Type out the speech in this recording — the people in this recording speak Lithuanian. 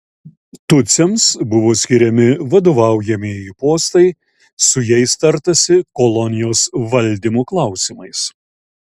tutsiams buvo skiriami vadovaujamieji postai su jais tartasi kolonijos valdymo klausimais